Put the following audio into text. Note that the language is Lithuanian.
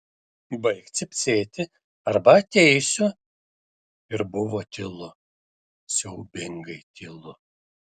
baik cypsėti arba ateisiu ir buvo tylu siaubingai tylu